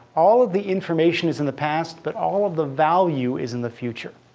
all of the information is in the past, but all of the value is in the future.